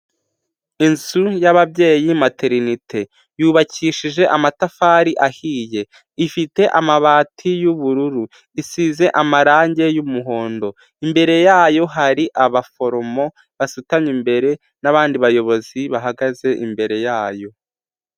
Inzu y'ababyeyi materinite, yubakishije amatafari ahiye, ifite amabati y'ubururu, isize amarangi y'umuhondo, imbere yayo hari abaforomo basutamye imbere, n'abandi bayobozi bahagaze imbere yayo.